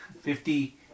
Fifty